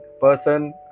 person